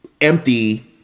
empty